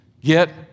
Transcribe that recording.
Get